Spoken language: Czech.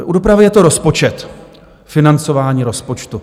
U dopravy je to rozpočet, financování rozpočtu.